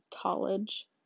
college